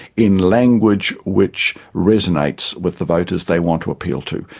in language which resonates with the voters they want to appeal to.